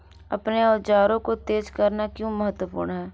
अपने औजारों को तेज करना क्यों महत्वपूर्ण है?